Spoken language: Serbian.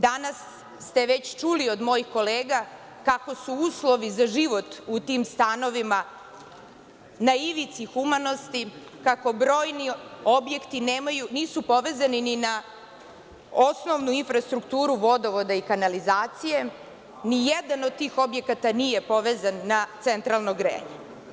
Danas ste već čuli od mojih kolega kako su uslovi za život u tim stanovima na ivici humanosti, kako brojni objekti nisu povezani ni na osnovnu infrastrukturu vodovoda i kanalizacije, ni jedan od tih objekata nije povezan na centralno grejanje.